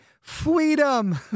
freedom